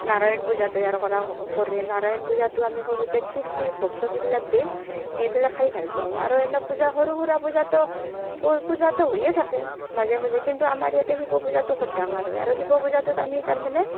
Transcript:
নাৰায়ণ পূজা তৈয়াৰ কৰা কৰে নাৰায়ণ পূজাটো আমি সৰুতে খিচিৰিৰ ভোগ চোগ এইবিলাক দিয়ে দি পেলাই খাই ভালপাওঁ আৰু অন্য পূজা সৰু সুৰা পূজাতো পূজাতো হৈয়ে থাকে মাজে মাজে কিন্তু আমাৰ ইয়াতে শিৱ পূজাটো খুব ডাঙৰ হয় আৰু শিৱ পূজাটোত আমি তাৰ মানে